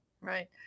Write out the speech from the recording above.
right